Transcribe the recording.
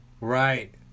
Right